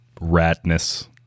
ratness